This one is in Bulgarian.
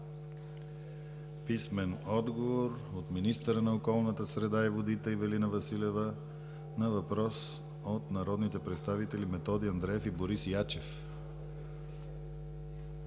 писмен отговор от министъра на околната среда и водите Ивелина Василева на въпрос от народните представители Методи Андреев и Борис Ячев;